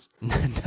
No